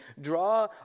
draw